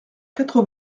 quatre